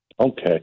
Okay